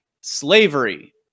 slavery